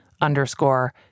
underscore